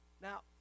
Now